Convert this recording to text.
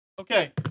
Okay